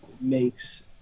makes